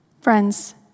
Friends